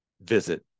visit